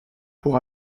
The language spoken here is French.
pour